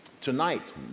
tonight